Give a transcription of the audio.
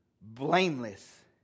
blameless